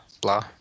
blah